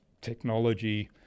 technology